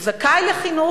הוא זכאי לחינוך,